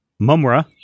Mumra